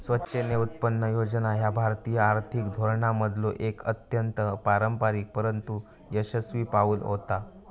स्वेच्छेने उत्पन्न योजना ह्या भारतीय आर्थिक धोरणांमधलो एक अत्यंत अपारंपरिक परंतु यशस्वी पाऊल होता